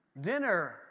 dinner